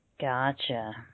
Gotcha